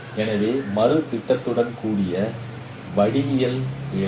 எனவே இது மறு திட்டத்துடன் கூடிய வடிவியல் பிழை